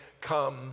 come